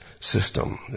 system